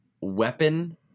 weapon